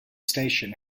station